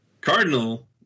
Cardinal